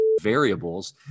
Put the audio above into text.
variables